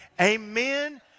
amen